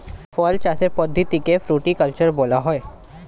ফল চাষের পদ্ধতিকে ফ্রুটিকালচার বলা হয়